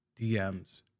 DMs